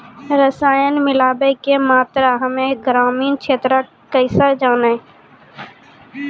रसायन मिलाबै के मात्रा हम्मे ग्रामीण क्षेत्रक कैसे जानै?